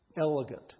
Elegant